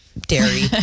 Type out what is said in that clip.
dairy